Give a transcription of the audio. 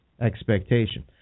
Expectation